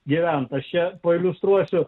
gyventa šią pailiustruosiu